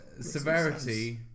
severity